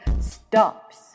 stops